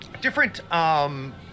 different